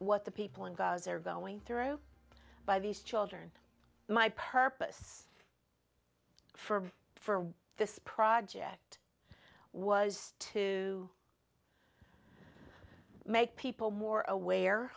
what the people in gaza are going through by these children my purpose for for this project was to make people more aware